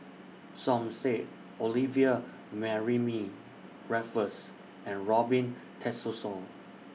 Som Said Olivia Mariamne Raffles and Robin Tessensohn